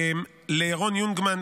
לירון יונגמן,